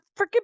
freaking